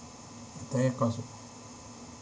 entire course uh